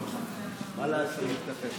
מה לעשות.